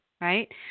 right